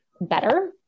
better